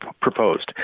proposed